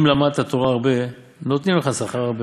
אם למדת תורה הרבה, נותנים לך שכר הרבה,